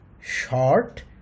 Short